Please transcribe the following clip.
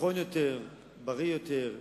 נכון יותר, בריא יותר,